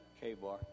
K-bar